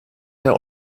der